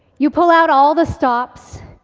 you pull out all the stops.